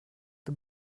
the